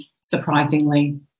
surprisingly